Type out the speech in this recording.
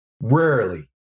rarely